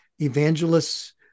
Evangelists